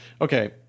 okay